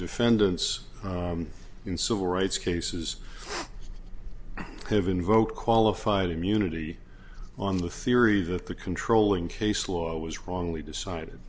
defendants in civil rights cases have invoked qualified immunity on the theory that the controlling case law was wrongly decided